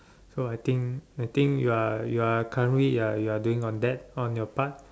so I think I think you are you are currently you are you are doing on that on your part